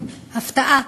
הפתעה,